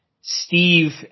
steve